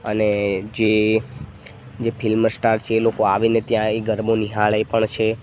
અને જે જે ફિલ્મસ્ટાર છે એ લોકો આવીને ત્યાં એ ગરબો નિહાળે પણ છે